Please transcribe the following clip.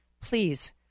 please